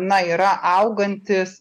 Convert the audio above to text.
na yra augantis